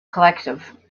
collective